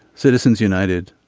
citizens united.